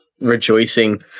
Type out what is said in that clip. rejoicing